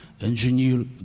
engineer